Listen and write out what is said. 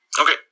okay